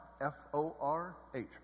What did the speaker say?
f-o-r-h